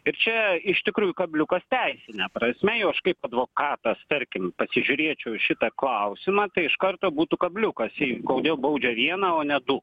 ir čia iš tikrųjų kabliukas teisine prasme jau aš kaip advokatas tarkim pasižiūrėčiau į šitą klausimą tai iš karto būtų kabliukas jei kodėl baudžia vieną o ne du